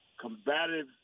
combative